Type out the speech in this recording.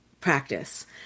practice